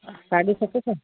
साढी सत सौ